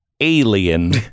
Alien